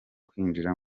kwinjira